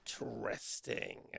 Interesting